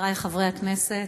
חברי חברי הכנסת,